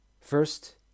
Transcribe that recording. First